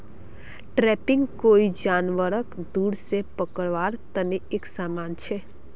trapping कोई जानवरक दूर से पकड़वार तने एक समान छे